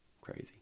crazy